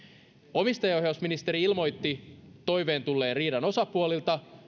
omistajaohjausministeri ilmoitti toiveen tulleen riidan osapuolilta